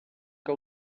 que